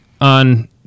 on